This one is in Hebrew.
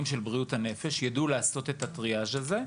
של בריאות הנפש ולעשות את הטריאז' הזה,